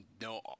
no